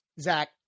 Zach